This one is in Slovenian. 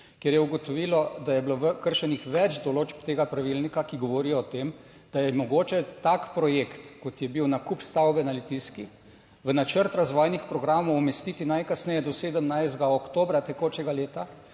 kjer je ugotovilo, da je bilo kršenih več določb tega pravilnika, ki govorijo o tem, da je mogoče tak projekt, kot je bil nakup stavbe na Litijski, v načrt razvojnih programov umestiti najkasneje do 17. oktobra tekočega leta,